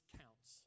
counts